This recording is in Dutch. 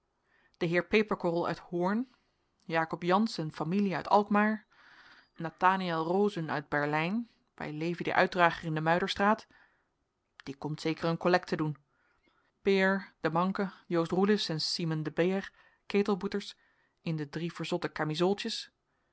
heer peperkorrel uit hoorn jacob jansz en familie uit alkmaar nathanaël rosen uit berlijn bij levi den uitdrager in de muiderstraat die komt zeker een collecte doen peer de manke joost roelifs en symen de beer ketelboeters